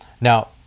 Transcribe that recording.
now